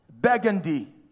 burgundy